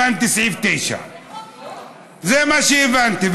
הבנתי: סעיף 9. זה מה שהבנתי.